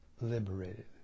liberated